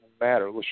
matter